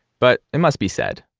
but it must be said.